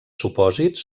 supòsits